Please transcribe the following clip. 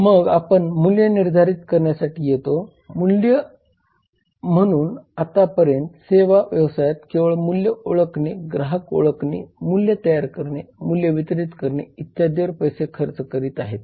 मग आपण मूल्य निर्धारित करण्यासाठी येतो म्हणून आतापर्यंत सेवा व्यवसाय केवळ मूल्य ओळखणे ग्राहक ओळखणे मूल्य तयार करणे मूल्य वितरित करणे इत्यादींवर पैसे खर्च करीत आहे